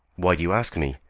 why do you ask me?